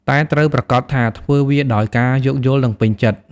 តែត្រូវប្រាកដថាធ្វើវាដោយការយោគយល់ និងពេញចិត្ត។